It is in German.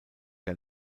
der